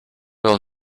will